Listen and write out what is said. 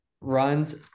runs